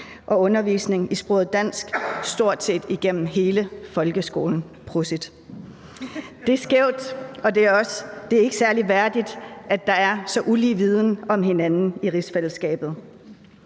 og undervisning i sproget dansk igennem stort set hele folkeskolen. Det er skævt, og det er ikke særlig værdigt, at der er en så ulige viden om hinanden i rigsfællesskabet.